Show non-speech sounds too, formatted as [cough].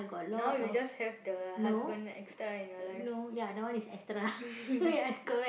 now you just have the husband extra in your life [laughs]